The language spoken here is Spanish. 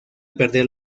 perder